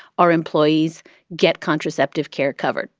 our employees get contraceptive care covered.